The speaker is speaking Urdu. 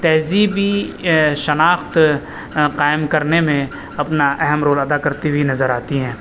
تہذیبی شناخت قائم کرنے میں اپنا اہم رول ادا کرتی ہوئی نظر آتی ہیں